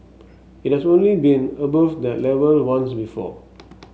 it has only been above that level once before